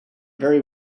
very